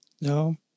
No